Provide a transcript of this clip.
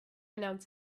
announce